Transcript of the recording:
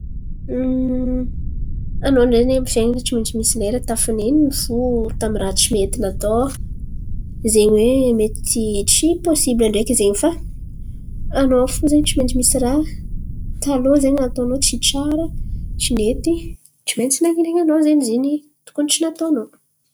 Anao ndray anie amy fiain̈ana tsy maintsy misy lera tafanen̈iny fo tamy raha tsy nety natao. Izen̈y oe mety tsy pôsibla ndreky raha zen̈y fa anao fo zen̈y tsy maintsy misy raha taloha zen̈y nataonao tsy tsara, tsy nety, tsy maintsy nanin̈enanao zen̈y izy iny tokony tsy nataonao.